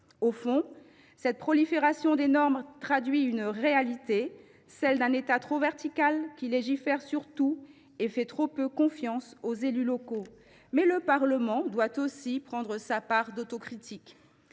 Au fond, cette prolifération des normes traduit une réalité, celle d’un État trop vertical qui légifère sur tout et fait trop peu confiance aux élus locaux. Si le Parlement doit lui aussi prendre sa part d’autocritique,